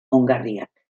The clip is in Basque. ongarriak